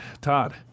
Todd